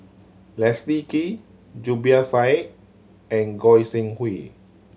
Leslie Kee Zubir Said and Goi Seng Hui